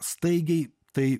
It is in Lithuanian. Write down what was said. staigiai tai